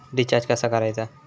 Recharge कसा करायचा?